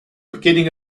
beginning